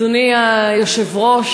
אדוני היושב-ראש,